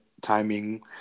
timing